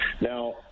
Now